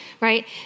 right